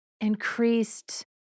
increased